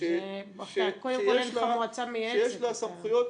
שיש לה סמכויות.